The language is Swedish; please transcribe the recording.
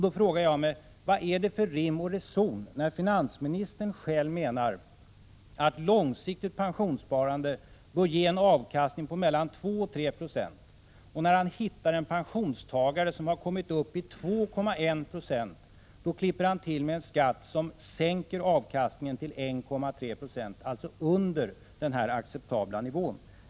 Då frågar jag mig: Vad är det för rim och reson när finansministern själv menar att långsiktigt pensionssparande bör ge en avkastning på mellan 2 och 3 26 och han hittar en pensionstagare som kommit upp i 2,1 96 och då klipper till med en skatt som sänker avkastningen till 1,3 26, alltså under den här acceptabla nivån?